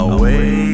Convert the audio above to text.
Away